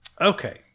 okay